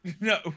No